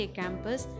campus